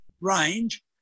range